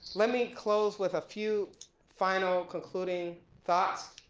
let me close with a few final concluding thoughts.